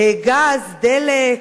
גז, דלק,